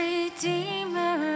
Redeemer